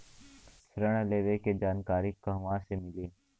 ऋण लेवे के जानकारी कहवा से मिली?